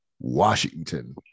Washington